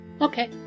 okay